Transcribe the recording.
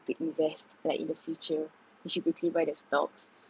to invest like in the future you should quickly buy the stocks